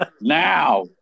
now